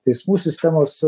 teismų sistemos